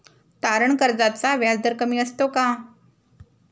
तारण कर्जाचा व्याजदर कमी असतो का?